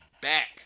back